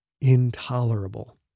Intolerable